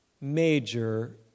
major